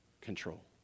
control